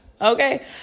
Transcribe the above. Okay